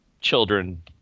children